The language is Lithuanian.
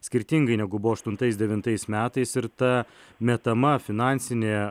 skirtingai negu buvo aštuntais devintais metais ir ta metama finansinė